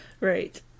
Right